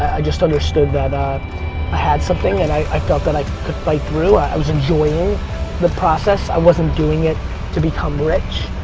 i just understood that um i had something and i i felt that i could fight through. i i was enjoying the process. i wasn't doing it to become rich,